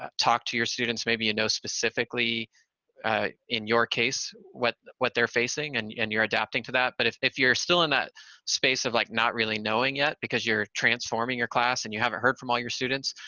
ah talk to your students, maybe you know specifically in your case, what what they're facing, and yeah and you're adapting to that, but if if you're still in that space of like not really knowing yet, because you're transforming your class, and you haven't heard from all your students,